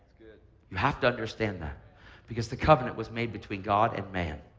you have to understand that because the covenant was made between god and man.